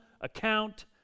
account